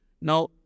Now